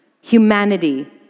humanity